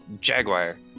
Jaguar